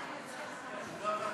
תודה רבה.